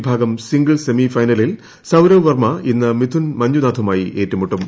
വിഭാഗം singles semi ഫൈനലിൽ സൌരവ് വർമ്മ ഇന്ന് മിഥുൻ മഞ്ചുനാഥുമായി ഏറ്റുമുട്ടും